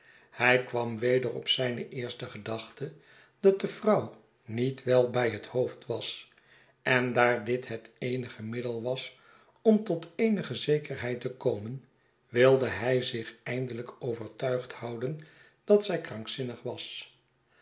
hij kwam weder op zijne eerste gedachte dat de vrouw niet wel bij het hoofd was en daar dit het eenige middel was om tot eenige zekerheid te komen wilde hij zich eindelijk overtuigd houden dat zij krankzinnig was